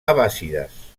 abbàssides